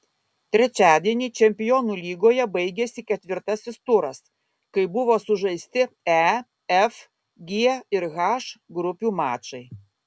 trečiadienį čempionų lygoje baigėsi ketvirtasis turas kai buvo sužaisti e f g ir h grupių mačai